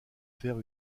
faire